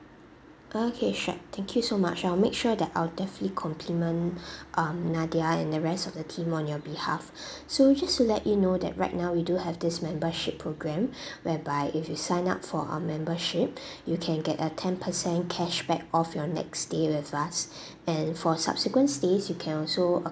okay sure thank you so much I'll make sure that I'll definitely compliment um nadia and the rest of the team on your behalf so just to let you know that right now we do have this membership programme whereby if you sign up for our membership you can get a ten percent cash back off your next stay with us and for subsequent stay you can also